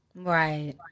right